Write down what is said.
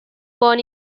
born